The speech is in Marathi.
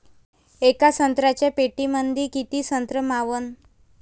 येका संत्र्याच्या पेटीमंदी किती संत्र मावन?